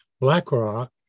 BlackRock